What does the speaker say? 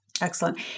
excellent